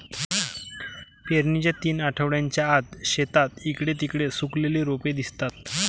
पेरणीच्या तीन आठवड्यांच्या आत, शेतात इकडे तिकडे सुकलेली रोपे दिसतात